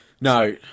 No